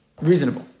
Reasonable